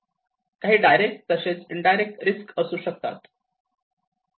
काही डायरेक्ट तसेच indirect risk असू शकतात